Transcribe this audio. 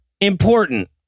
important